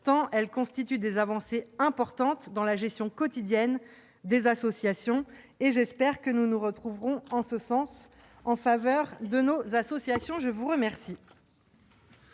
tant elles constituent des avancées importantes dans la gestion quotidienne des associations. J'espère que nous nous retrouverons en ce sens, en faveur de nos associations. La parole